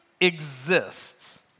exists